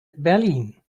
berlin